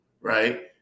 right